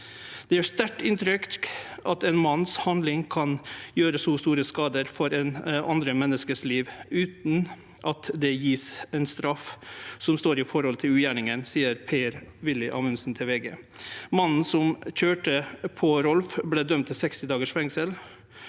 et sterkt inntrykk, at en manns handlinger kan gjøre så stor skade for andre menneskers liv. Uten at det gis en straff som står i forhold til ugjerningen, sier Per-Willy Amundsen til VG. Mannen som kjørte på Rolf ble dømt til 60 dagers fengsel.